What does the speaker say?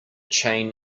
chain